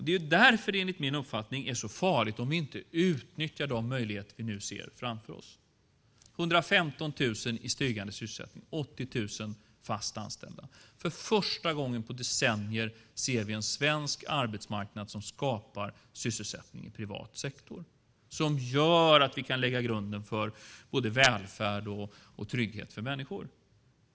Det är därför det enligt min uppfattning är så farligt om vi inte utnyttjar de möjligheter vi nu ser framför oss. Med 115 000 i stigande sysselsättning och 80 000 fast anställda ser vi för första gången på decennier en svensk arbetsmarknad som skapar sysselsättning i privat sektor, vilket gör att vi kan lägga grunden för både välfärd och trygghet för människor.